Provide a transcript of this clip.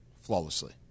Flawlessly